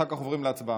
אחר כך עוברים להצבעה.